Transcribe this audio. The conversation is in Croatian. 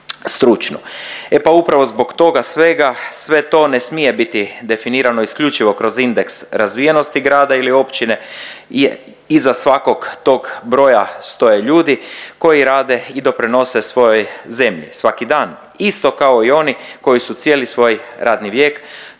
stručnu. E pa upravo zbog toga svega, sve to ne smije biti definirano isključivo kroz indeks razvijenosti grada ili općine jer iza svakog tog broja stoje ljudi koji rade i doprinose svojoj zemlji, svaki dan. Isto tako i oni koji su cijeli svoj radni vijek